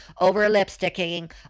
over-lipsticking